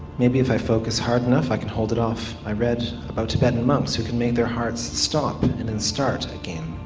maybe if i focus hard enough, i can hold it off. i read about tibetan monks who can make their hearts stop, and then start again.